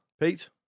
Pete